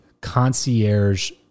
concierge